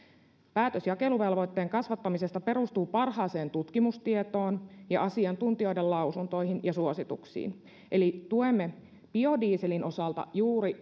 päätös jakeluvelvoitteen kasvattamisesta perustuu parhaaseen tutkimustietoon ja asiantuntijoiden lausuntoihin ja suosituksiin eli tuemme biodieselin osalta juuri